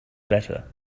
better